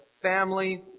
family